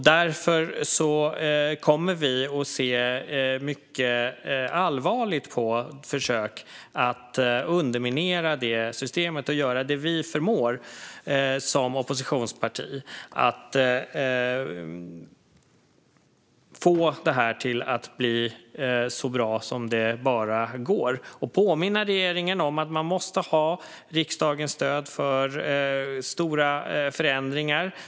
Därför kommer vi att se mycket allvarligt på försök att underminera det systemet, och vi kommer att göra det vi förmår som oppositionsparti för att få det här att bli så bra som det bara går. Vi kommer att påminna regeringen om att man måste ha riksdagens stöd för stora förändringar.